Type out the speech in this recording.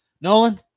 Nolan